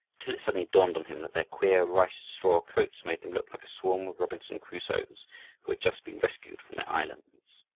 until it suddenly dawned on him that their queer ricestraw coats made them look like a swarm of robinson crusoes who had just been rescued from their islands.